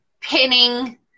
pinning